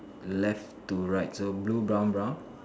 left to right so blue brown brown